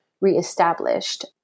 reestablished